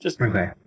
Okay